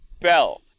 Bell